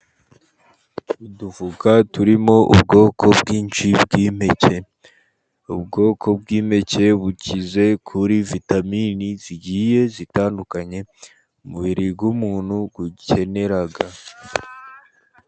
Udufuka turimo ubwoko bwinshi bw'impeke, ubwoko bw'impeke bukize kuri vitamini zigiye zitandukanye, umubiri w'umuntu ukenera.